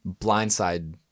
blindside